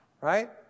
Right